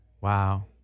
Wow